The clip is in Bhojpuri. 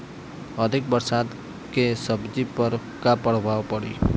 अधिक बरसात के सब्जी पर का प्रभाव पड़ी?